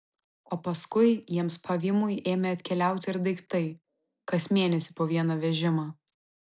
o paskui jiems pavymui ėmė atkeliauti ir daiktai kas mėnesį po vieną vežimą